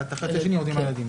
והחצי השני יורשים הילדים.